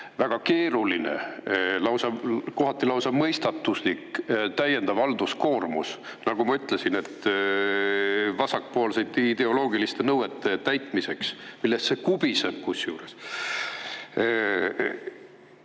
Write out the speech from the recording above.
väga keeruline, kohati lausa mõistatuslik täiendav halduskoormus, nagu ma ütlesin, vasakpoolsete ideoloogiliste nõuete täitmiseks, millest see kubiseb, kusjuures.